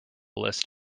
list